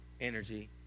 energy